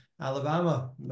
Alabama